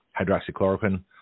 hydroxychloroquine